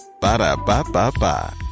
Ba-da-ba-ba-ba